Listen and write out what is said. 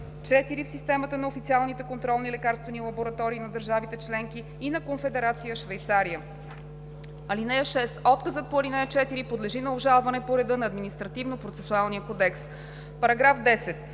4 в системата на официалните контролни лекарствени лаборатории на държавите членки и на Конфедерация Швейцария. (6) Отказът по ал. 4 подлежи на обжалване по реда на Административнопроцесуалния кодекс.“ По § 10